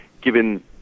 given